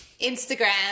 Instagram